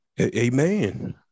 Amen